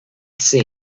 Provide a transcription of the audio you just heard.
scene